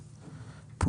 התשפ"א-2021 ".